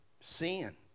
sin